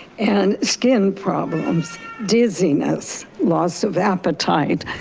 and skin problems, dizziness, loss of appetite,